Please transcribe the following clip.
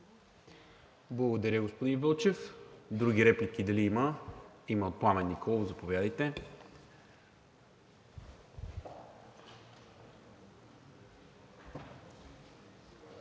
Благодаря, господин Вълчев. Други реплики дали има? Пламен Николов, заповядайте.